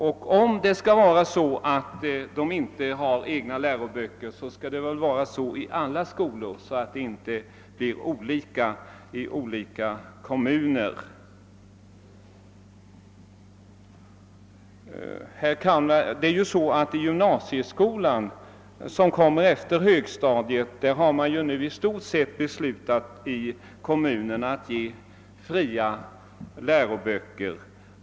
Om det inte skall finnas egna läroböcker, så skall det väl vara på samma sätt i alla skolor och inte olika i olika kommuner. Beträffande gymnasieskolan, som kommer efter högstadiet, har kommunerna i stort sett beslutat att ge fria läroböcker.